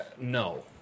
No